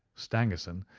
stangerson,